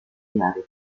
diario